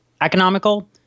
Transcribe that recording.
economical